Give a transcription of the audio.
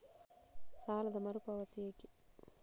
ಸಾಲದ ಮರು ಪಾವತಿ ಹೇಗೆ?